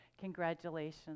Congratulations